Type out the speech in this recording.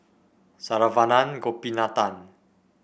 Saravanan Gopinathan